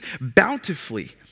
bountifully